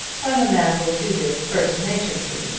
when a man will do this pertinaciously,